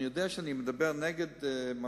אני יודע שאני מדבר נגד מה